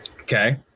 Okay